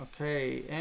Okay